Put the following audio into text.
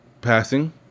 passing